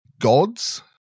gods